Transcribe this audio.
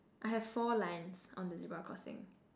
I have four lines on the zebra crossing